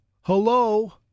Hello